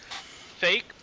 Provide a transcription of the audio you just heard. Fake